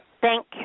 Thank